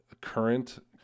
current